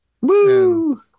Woo